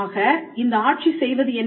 ஆக இந்த ஆட்சி செய்வது என்ன